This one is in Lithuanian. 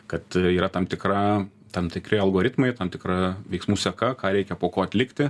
kad yra tam tikra tam tikri algoritmai tam tikra veiksmų seka ką reikia po ko atlikti